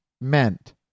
meant